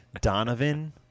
Donovan